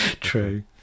True